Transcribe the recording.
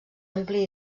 ampli